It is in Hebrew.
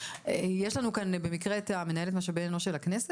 יש לנו כאן במקרה את מנהלת משאבי אנוש של הכנסת?